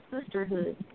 sisterhood